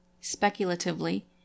speculatively